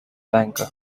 banker